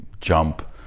jump